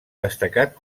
destacat